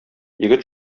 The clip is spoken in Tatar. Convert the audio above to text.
егет